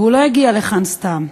והוא לא הגיע לכאן סתם,